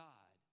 God